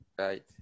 Right